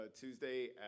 Tuesday